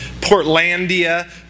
Portlandia